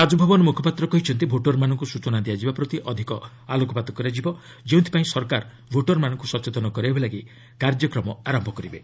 ରାଜଭବନ ମୁଖପାତ୍ର କହିଛନ୍ତି ଭୋଟରମାନଙ୍କୁ ସୂଚନା ଦିଆଯିବା ପ୍ରତି ଅଧିକ ଆଲୋକପାତ କରାଯିବ ଯେଉଁଥିପାଇଁ ସରକାର ଭୋଟରମାନଙ୍କୁ ସଚେତନ କରାଇବା ଲାଗି କାର୍ଯ୍ୟକ୍ରମ ଆରମ୍ଭ କରିବେ